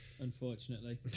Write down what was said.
unfortunately